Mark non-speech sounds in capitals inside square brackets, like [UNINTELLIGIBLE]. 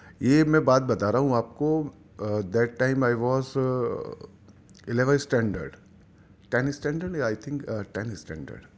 یہ میں بات بتا رہا ہوں آپ کو [UNINTELLIGIBLE] نہیں [UNINTELLIGIBLE]